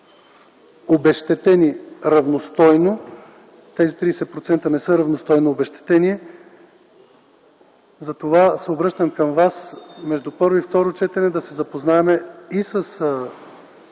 обезщетени равностойно. Тези 30% не са равностойно обезщетение. Затова се обръщам към вас – между първо и второ четене да се запознаем с